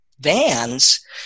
vans